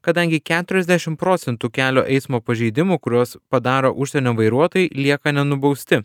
kadangi keturiasdešimt procentų kelio eismo pažeidimų kuriuos padaro užsienio vairuotojai lieka nenubausti